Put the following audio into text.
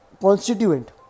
constituent